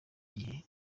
gihe